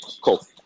Cool